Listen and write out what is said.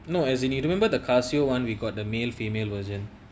no as in you remember the casio one we got the male female version